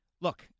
look